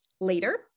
later